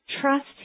Trust